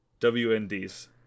WNDs